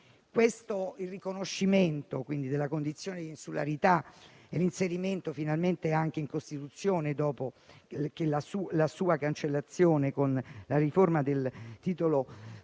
il riconoscimento della condizione di insularità e il suo inserimento, finalmente, anche in Costituzione, dopo la sua cancellazione con la riforma del Titolo V,